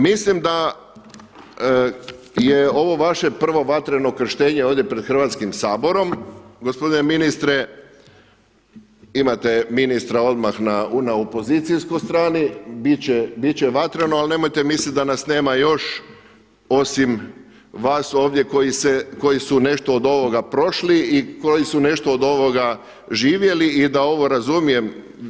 Mislim da je ovo vaše prvo vatreno krštenje ovdje pred Hrvatskim saborom, gospodine ministre, imate ministra odmah na opozicijskoj strani, biti će vatreno ali nemojte misliti da nas nema još osim vas ovdje koji su nešto od ovoga prošli i koji su nešto od ovoga živjeli i da ovo razumiju.